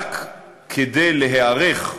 רק כדי להיערך,